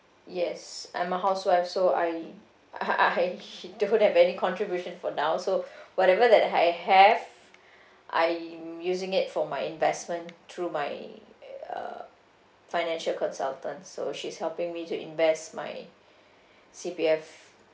yes I'm a housewife so I I don't have any contribution for now so whatever that I have I'm using it for my investment through my uh financial consultant so she's helping me to invest my C_P_F